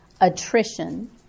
attrition